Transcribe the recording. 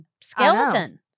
skeleton